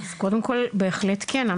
אז קודם כל בהחלט כן.